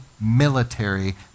military